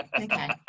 Okay